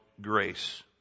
grace